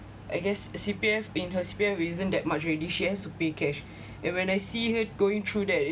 I guess C_P_F in her reason that much already she has to pay cash and when I see her going through that